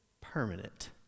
permanent